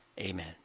Amen